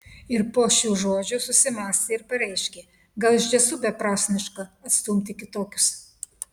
ir po šių žodžių susimąstė ir pareiškė gal iš tiesų beprasmiška atstumti kitokius